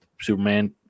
Superman